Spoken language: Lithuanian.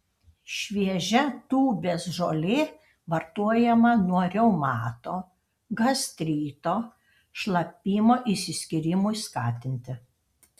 šviežia tūbės žolė vartojama nuo reumato gastrito šlapimo išsiskyrimui skatinti